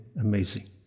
amazing